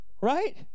right